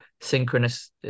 synchronous